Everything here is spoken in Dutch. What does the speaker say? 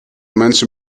mensen